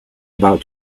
about